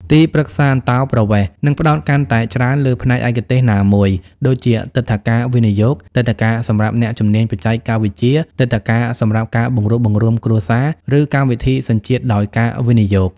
ទីប្រឹក្សាអន្តោប្រវេសន៍នឹងផ្តោតកាន់តែច្រើនលើផ្នែកឯកទេសណាមួយ ដូចជាទិដ្ឋាការវិនិយោគ ទិដ្ឋាការសម្រាប់អ្នកជំនាញបច្ចេកវិទ្យា ទិដ្ឋាការសម្រាប់ការបង្រួបបង្រួមគ្រួសារ ឬកម្មវិធីសញ្ជាតិដោយការវិនិយោគ។